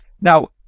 Now